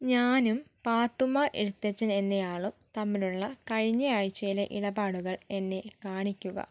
ഞാനും പാത്തുമ്മ എഴുത്തച്ഛൻ എന്നയാളും തമ്മിലുള്ള കഴിഞ്ഞ ആഴ്ചയിലെ ഇടപാടുകൾ എന്നെ കാണിക്കുക